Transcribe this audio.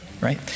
Right